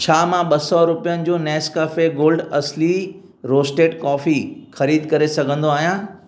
छा मां ॿ सौ रुपियनि जो नेस्कैफे गोल्ड असली रोस्टेड कॉफ़ी ख़रीद करे सघंदो आहियां